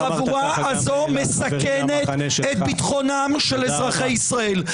החבורה הזאת מסכנת את ביטחונם של אזרחי ישראל.